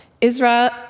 Israel